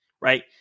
right